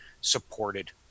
supported